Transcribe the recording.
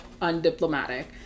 undiplomatic